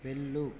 వెళ్ళు